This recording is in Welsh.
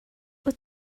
wyt